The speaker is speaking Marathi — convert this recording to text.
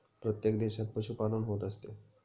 प्रत्येक देशात पशुपालन होत असते